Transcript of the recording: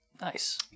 nice